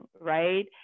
Right